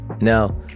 Now